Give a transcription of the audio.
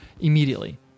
immediately